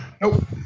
Nope